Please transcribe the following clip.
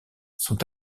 sont